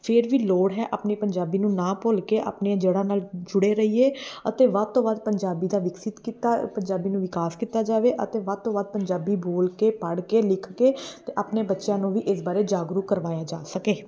ਫੇਰ ਵੀ ਲੋੜ ਹੈ ਆਪਣੇ ਪੰਜਾਬੀ ਨੂੰ ਨਾ ਭੁੱਲ ਕੇ ਆਪਣੀਆਂ ਜੜ੍ਹਾਂ ਨਾਲ ਜੁੜੇ ਰਹੀਏ ਅਤੇ ਵੱਧ ਤੋਂ ਵੱਧ ਪੰਜਾਬੀ ਦਾ ਵਿਕਸਿਤ ਕੀਤਾ ਪੰਜਾਬੀ ਨੂੰ ਵਿਕਾਸ ਕੀਤਾ ਜਾਵੇ ਅਤੇ ਵੱਧ ਤੋਂ ਵੱਧ ਪੰਜਾਬੀ ਬੋਲ ਕੇ ਪੜ੍ਹ ਕੇ ਲਿਖ ਕੇ ਅਤੇ ਆਪਣੇ ਬੱਚਿਆਂ ਨੂੰ ਵੀ ਇਸ ਬਾਰੇ ਜਾਗਰੂਕ ਕਰਵਾਇਆ ਜਾ ਸਕੇ